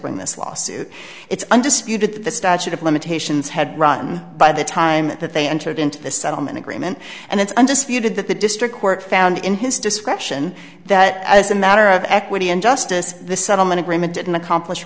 bring this lawsuit it's undisputed that the statute of limitations had run by the time that they entered into the settlement agreement and it's undisputed that the district court found in his discretion that as a matter of equity and justice the settlement agreement didn't accomplish